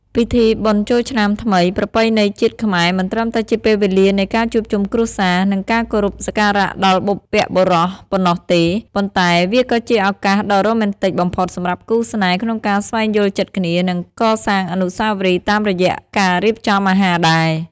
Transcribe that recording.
ពិធីបុណ្យចូលឆ្នាំថ្មីប្រពៃណីជាតិខ្មែរ មិនត្រឹមតែជាពេលវេលានៃការជួបជុំគ្រួសារ និងការគោរពសក្ការៈដល់បុព្វបុរសប៉ុណ្ណោះទេ ប៉ុន្តែវាក៏ជាឱកាសដ៏រ៉ូមែនទិកបំផុតសម្រាប់គូស្នេហ៍ក្នុងការស្វែងយល់ចិត្តគ្នា និងកសាងអនុស្សាវរីយ៍តាមរយៈការរៀបចំអាហារដែរ។